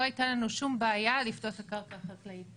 לא הייתה לנו שום בעיה לפדות את הקרקע החקלאית.